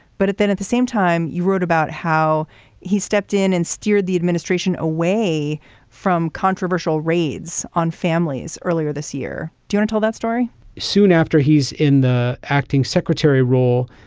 but then at the same time you wrote about how he stepped in and steered the administration away from controversial raids on families earlier this year don't tell that story soon after he's in the acting secretary role.